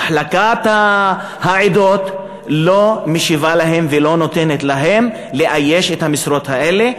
מחלקת העדות לא משיבה להם ולא נותנת להם לאייש את המשרות האלה.